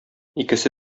икесе